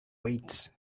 weights